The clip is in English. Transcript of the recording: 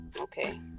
Okay